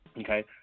Okay